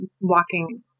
walking